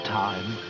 time